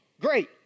Great